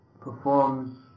performs